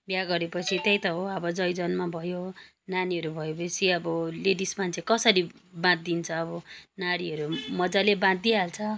बिहा गरे पछि त्यही त हो अब जय जन्म भयो नानीहरू भयो पछि अब लेडिस मान्छे कसरी बाँधिन्छ अब नारीहरू मज्जाले बाँधि हाल्छ